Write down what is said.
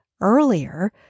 earlier